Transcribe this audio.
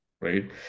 right